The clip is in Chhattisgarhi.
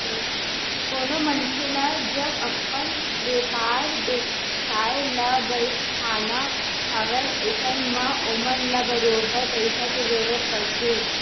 कोनो मनखे ल जब अपन बेपार बेवसाय ल बड़हाना हवय अइसन म ओमन ल बरोबर पइसा के जरुरत पड़थे ही